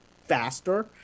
faster